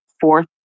fourth